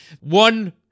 one